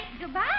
Goodbye